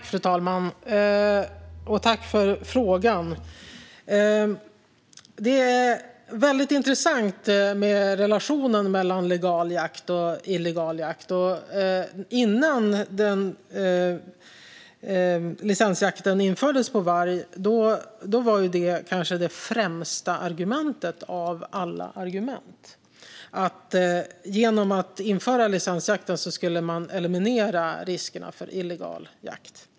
Fru talman! Tack för frågan! Relationen mellan legal jakt och illegal jakt är väldigt intressant. Innan licensjakten på varg infördes var det kanske främsta argumentet av alla argument att man genom att införa licensjakten skulle eliminera riskerna för illegal jakt.